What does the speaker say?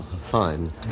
fine